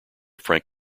frank